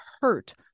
hurt